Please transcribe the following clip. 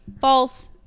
false